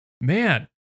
man